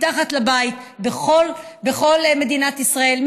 מתחת לבית בכל מדינת ישראל,